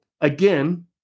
again